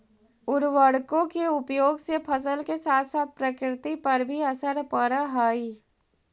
उर्वरकों के उपयोग से फसल के साथ साथ प्रकृति पर भी असर पड़अ हई